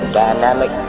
dynamic